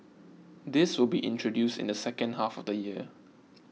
this will be introduced in the second half of the year